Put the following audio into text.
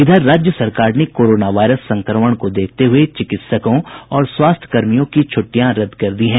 इधर राज्य सरकार ने कोरोना वायरस संक्रमण को देखते हुए चिकित्सकों और स्वास्थ्य कर्मचारियों की छुट्टियां रद्द कर दी हैं